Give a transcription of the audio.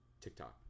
TikTok